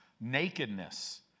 Nakedness